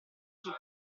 sul